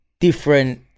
different